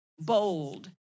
bold